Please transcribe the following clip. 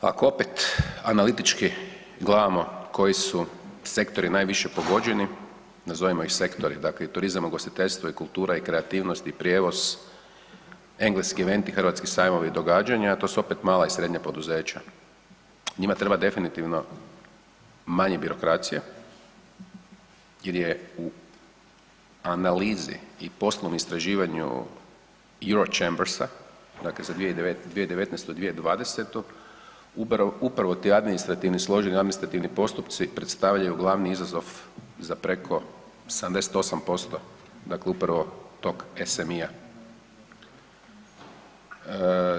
Ako opet analitički gledamo koji su sektori najviše pogođeni, nazovimo ih sektori, dakle i turizam i ugostiteljstvo i kultura i kreativnost i prijevoz, engleski eventi, hrvatski sajmovi i događanja, a to su opet mala i srednja poduzeća, njima treba definitivno manje birokracije jer je u analizi poslovnom istraživanju Europe Chambersa dakle za 2019.-2020. upravo ti administrativni složeni administrativni postupci predstavljaju glavni izazov za preko 78% upravo tog SMI-a.